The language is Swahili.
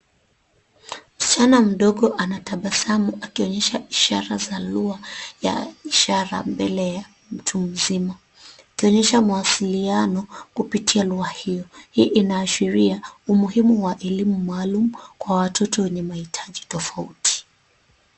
Msichana mdogo anatabasamu akionyesha ishara za lugha ya ishara mbele ya mtu mzima akionyesha mawasiliano kupitia lugha hio. Hii inaashiria umuhimu wa elimu maalum kwa watoto wenye mahitaji tofauti.